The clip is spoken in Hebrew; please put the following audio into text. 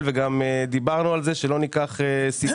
החולים בפריפריה.